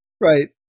Right